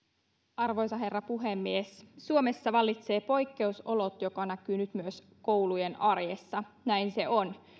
arvoisa herra puhemies suomessa vallitsevat poikkeusolot jotka näkyvät nyt myös koulujen arjessa näin se on